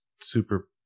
super